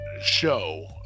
show